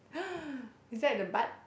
is that the butt